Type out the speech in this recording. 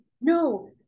No